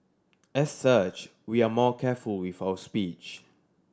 as such we are more careful with our speech